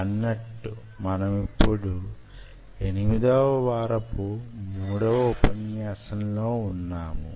అన్నట్టు మనమిప్పుడు 8వ వారపు 3వ ఉపన్యాసంలో వున్నాము